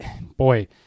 Boy